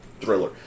thriller